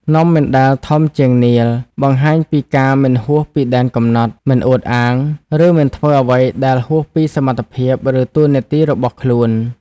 នំមិនដែលធំជាងនាឡិ បង្ហាញពីការមិនហួសពីដែនកំណត់ មិនអួតអាង ឬមិនធ្វើអ្វីដែលហួសពីសមត្ថភាព ឬតួនាទីរបស់ខ្លួន។